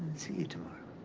see you tomorrow.